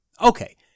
Okay